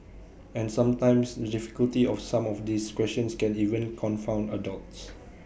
and sometimes the difficulty of some of these questions can even confound adults